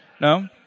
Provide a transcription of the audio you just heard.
No